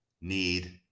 need